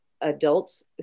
adults